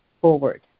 forward